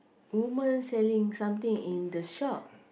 woman selling something in the shop